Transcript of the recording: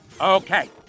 Okay